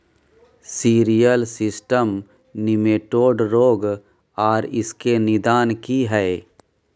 Cereal system nematode रोग आर इसके निदान की हय?